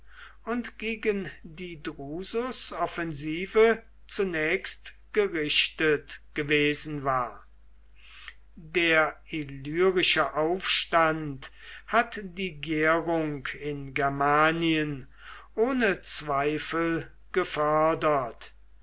und gegen die drusus offensive zunächst gerichtet gewesen war der illyrische aufstand hat die gärung in germanien ohne zweifel gefördert